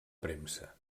premsa